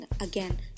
Again